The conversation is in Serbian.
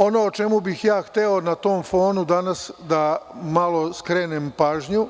Ono o čemu bih hteo na tom fonu danas da malo skrenem pažnju,